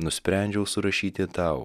nusprendžiau surašyti tau